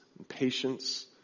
Patience